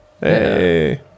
hey